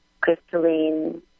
crystalline